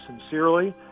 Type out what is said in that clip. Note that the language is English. sincerely